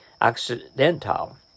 accidental